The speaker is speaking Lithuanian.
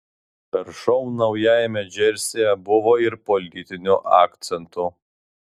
per šou naujajame džersyje buvo ir politinių akcentų